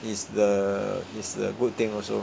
is the it's a good thing also